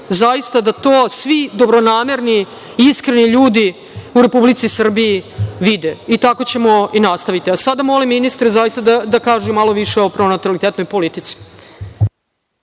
zaista da to svi dobronamerni, iskreni ljudi u Republici Srbiji vide i tako ćemo nastaviti. Sada molim ministre da kažu malo više o pronatalitetnoj politici.